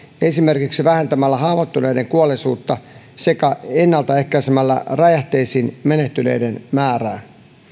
esimerkiksi vähentämällä haavoittuneiden kuolleisuutta sekä ennaltaehkäisemällä räjähteisiin menehtyneiden määrää